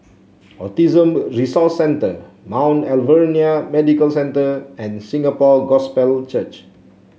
Autism Resource Centre Mount Alvernia Medical Centre and Singapore Gospel Church